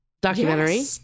documentary